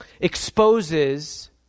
exposes